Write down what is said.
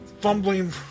fumbling